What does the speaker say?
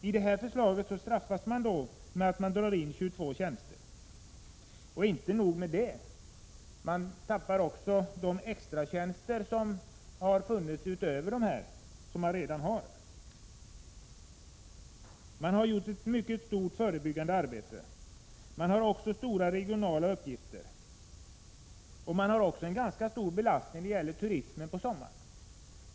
I det här förslaget straffas de med att 22 tjänster dras in. Inte nog med det, man tappar också de extratjänster som har funnits utöver de fasta tjänsterna. Ett mycket omfattande förebyggande arbete har gjorts. Distriktet har också stora regionala uppgifter och även en ganska stor belastning när det gäller turismen på sommaren.